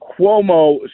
Cuomo